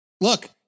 look